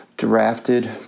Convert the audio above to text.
Drafted